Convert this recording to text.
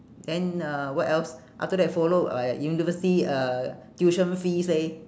then uh what else after that follow uh university uh tuition fees leh